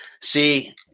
See